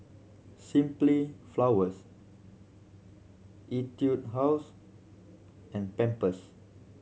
Simply Flowers Etude House and Pampers